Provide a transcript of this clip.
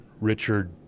Richard